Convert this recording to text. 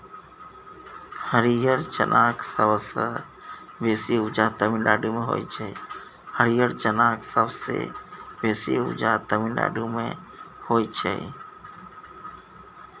हरियर चनाक सबसँ बेसी उपजा तमिलनाडु मे होइ छै